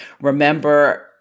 Remember